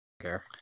care